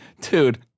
dude